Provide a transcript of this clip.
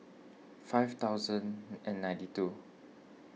five thousand and ninety two